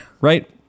Right